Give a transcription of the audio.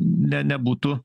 ne nebūtų